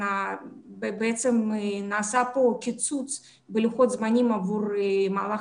בעצם נעשה פה קיצור בלוחות זמנים עבור המהלך